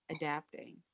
Adapting